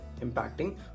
impacting